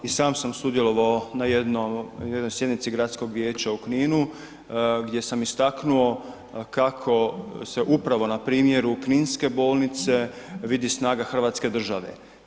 I sam sam sudjelovao na jednoj sjednici Gradskog vijeća u Kninu gdje sam istaknuo kako se upravo na primjeru Kninske bolnice vidi snaga Hrvatske države.